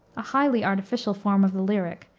a highly artificial form of the lyric,